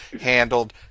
handled